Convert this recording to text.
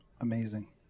amazing